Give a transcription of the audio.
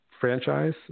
franchise